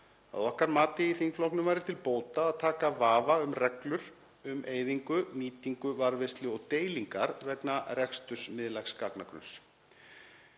Að okkar mati í þingflokknum væri til bóta að taka af vafa um reglur um eyðingu, nýtingu, varðveislu og deilingar vegna reksturs miðlægs gagnagrunns.